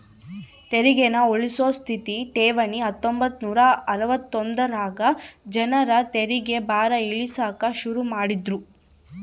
ತೆರಿಗೇನ ಉಳ್ಸೋ ಸ್ಥಿತ ಠೇವಣಿ ಹತ್ತೊಂಬತ್ ನೂರಾ ಅರವತ್ತೊಂದರಾಗ ಜನರ ತೆರಿಗೆ ಭಾರ ಇಳಿಸಾಕ ಶುರು ಮಾಡಿದ್ರು